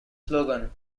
slogan